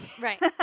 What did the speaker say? Right